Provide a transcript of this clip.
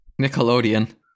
Nickelodeon